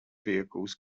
vehicles